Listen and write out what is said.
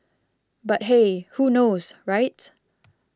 but hey who knows right